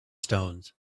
stones